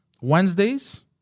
Wednesdays